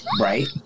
right